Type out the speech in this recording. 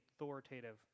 authoritative